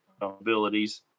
abilities